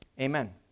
Amen